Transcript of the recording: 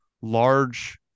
large